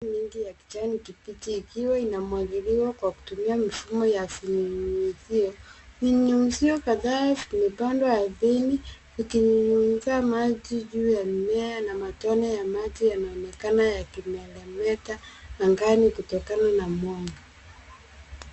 Mimea mingi ya kijani kibichi ikiwa inamwagiliwa kwa kutumia mifumo ya vinyunyizio. Vinyunyizio kadhaa vimepandwa ardhini, vikinyunyizia maji juu ya mimea, na matone ya maji yanaonekana yakimetameta angani kutokana na mwanga.